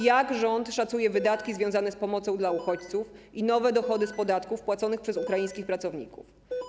Jak rząd szacuje wydatki związane z pomocą dla uchodźców i nowe dochody z podatków płaconych przez ukraińskich pracowników?